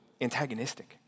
antagonistic